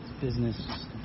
Business